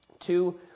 two